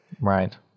right